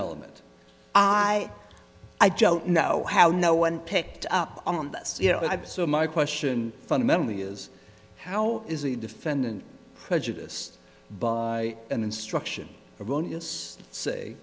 element i i don't know how no one picked up on this you know so my question fundamentally is how is a defendant prejudiced by an instruction erroneous say